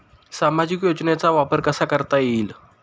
सामाजिक योजनेचा वापर कसा करता येईल?